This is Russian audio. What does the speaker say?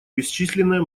бесчисленное